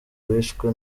wishwe